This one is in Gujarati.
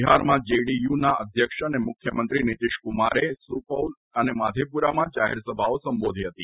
બિહારમાં જેડી યુના અધ્યક્ષ તથા મુખ્યમંત્રી નીતીશકુમારે સુપૌલ તથા માધેપુરામાં જાહેરસભાઓ સંબોધી હતી